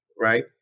right